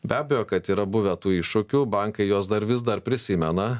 be abejo kad yra buvę tų iššūkių bankai juos dar vis dar prisimena